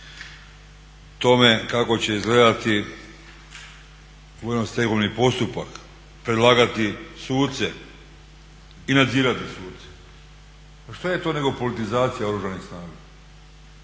tome kako će izgledati vojno stegovni postupak, predlagati suce i nadzirati suce. Pa šta je to nego politizacija Oružanih snaga?